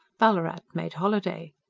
ballarat made holiday.